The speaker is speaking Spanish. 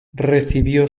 recibió